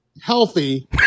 healthy